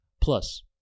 plus